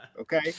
okay